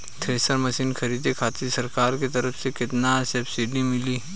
Thresher machine खरीदे खातिर सरकार के तरफ से केतना सब्सीडी मिली?